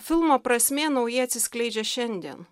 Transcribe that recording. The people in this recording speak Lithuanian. filmo prasmė naujai atsiskleidžia šiandien